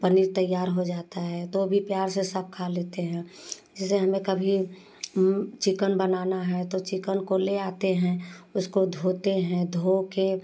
पनीर तैयार हो जाता है तो भी प्यार से सब खा लेते हैं जैसे हमें कभी चिकन बनाना है तो चिकन को ले आते हैं उसको धोते हैं धो कर